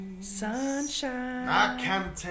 Sunshine